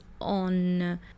on